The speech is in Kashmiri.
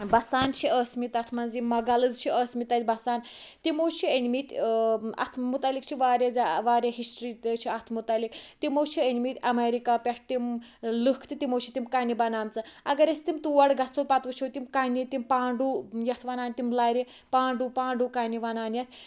بَسان چھِ ٲسۍ مٕتۍ تَتھ مَنٛز یِم مۄغَلٕز چھِ ٲسۍ مٕتۍ تَتہِ بَسان تمو چھِ أنۍ مٕتۍ اتھ مُتعلِق چھِ واریاہ زیادٕ واریاہ ہِشٹری تہِ چھِ اتھ مُتعلِق تمو چھِ أنۍ مٕتۍ ایٚمیرکا پیٹھ تِم لُکھ تہٕ تمو چھِ تِم کَنہِ بَنامژٕ اَگَر أسۍ تِم تور گَژھو پَتہٕ وٕچھو تِم کَنہٕ تِم پانڈوٗ یتھ وَنان تِم لَرِ پانڈوٗ پانڈوٗ کَنہٕ وَنان یتھ